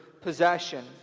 possession